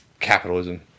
Capitalism